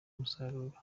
umusaruro